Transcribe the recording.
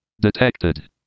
detected